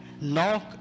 knock